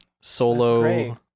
Solo